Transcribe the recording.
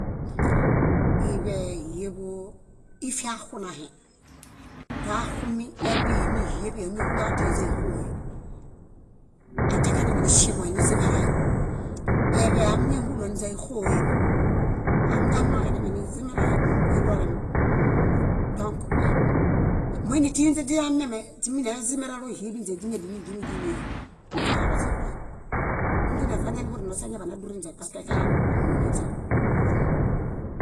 Iḃe, híeḃo ifiaaxunahe. Toaxumiiḃi níhieḃi áñahuloġatia íźaixohe. Atiakadime niŝieḃuhe nizimerahe. Eḃe ámiñahuloniźanixoe. Amiñahũlõġadime nizimerae nínguedolem. Dõk móinitinźe źilamimiame źiminezimeralo híeḃinźe źíñadinidimedinie. Efiaġaɭoźixũẽ, ondineḃanźesa niḃurino eñaḃanedurinźe paskeefiaġaɭo ómu nuninźeom.